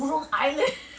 ya my god I right ya